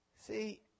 See